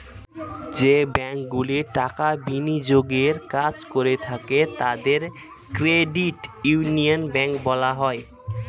যে ব্যাঙ্কগুলি টাকা বিনিয়োগের কাজ করে থাকে তাদের ক্রেডিট ইউনিয়ন ব্যাঙ্ক বলা হয়